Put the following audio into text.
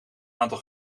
aantal